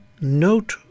note